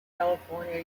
california